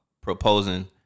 proposing